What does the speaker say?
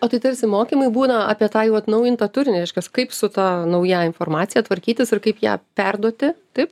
o tai tarsi mokymai būna apie tą jau atnaujintą turinį iš ką kaip su ta nauja informacija tvarkytis ir kaip ją perduoti taip